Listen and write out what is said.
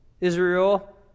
Israel